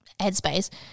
headspace